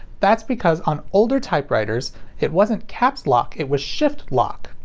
that's because on older typewriters it wasn't caps lock it was shift lock.